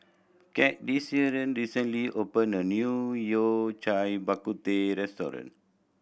Cadence recently opened a new Yao Cai Bak Kut Teh restaurant